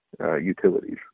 utilities